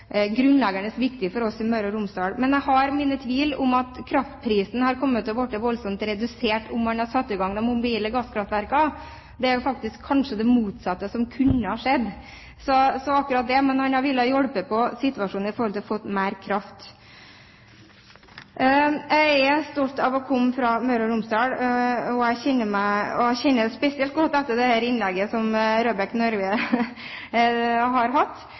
grunnleggende viktig for oss i Møre og Romsdal. Men jeg har mine tvil om hvorvidt kraftprisen ville blitt voldsomt redusert om man hadde satt i gang de mobile gasskraftverkene. Det er jo faktisk kanskje det motsatte som kunne skjedd. Men det ville ha hjulpet på situasjonen ved at man hadde fått mer kraft. Jeg er stolt av å komme fra Møre og Romsdal, jeg kjenner det spesielt godt etter det innlegget som Røbekk Nørve har